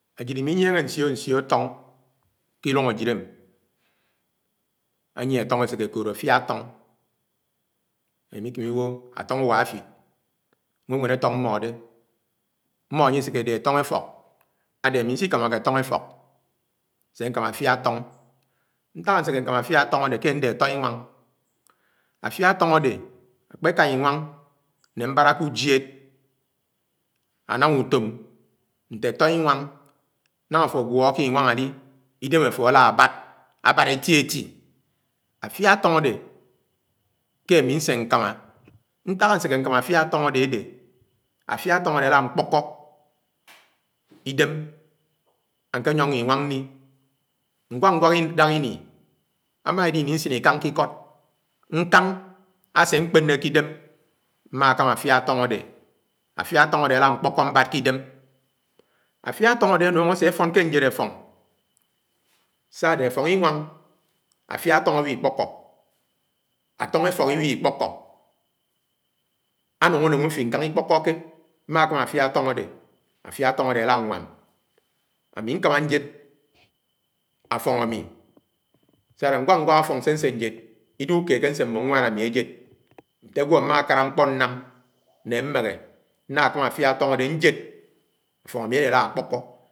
ájid iményengé ñsio-ñsio afóng ke ilúng ajíd. ányié atóng éséké ekood afia atóng, omekeme iwó atóng úwá áfid, ànwénwén átóng mmode mmode aséké ádé afóng etók, ade ami nsikamake áfóng efọ́k nsé nkámá afia àfóng ñták aseke nkáma afia àfóng adé ké ndé atoinwáng ñañga afó agwọ ké inwáng ali idém afo alá ábád eti eti afia àfóng adé ke ami ñse ñkámá, ñtók aseke nkáma afia àfóng ade-ade afia atóng alá ñkpọ́kọ́ idém añke nyōngo inwáng ñli, ñwák ñwák idahé ini amá adé ini nsin lkañg ké ikọd ñkang asé ñkpènè kidem mmé kámá àfia àtóng adé àlankpọkọ mbád ki-idem. Afia atóng ádé anúng asé áfón ké njéd áfóng sá-áde afóng inwáng afia atóng ami ikpọkọ àtọ́ng éfọk iwihi ikpọkọ anúng áném ùfik ñkánágá ikpọkọké afiá atóng adi alanwám ami ñkámá ñjed àfóng ami sa-ade ñwák ñwák àfóng sé ñse njéd idéhé ukeed ke ñse ñwo ñwán ami ájéd, nte ágwo mmáhádá ñkpo nám né ameghé nna kama afia atóng ádé njéd áfóng ami adé ala ákpókó.